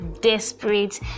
Desperate